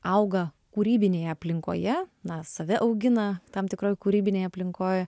auga kūrybinėje aplinkoje na save augina tam tikroj kūrybinėj aplinkoj